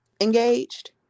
engaged